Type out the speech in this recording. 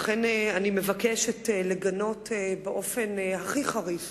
לכן אני מבקשת לגנות באופן הכי חריף